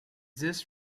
this